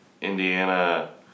Indiana